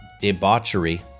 debauchery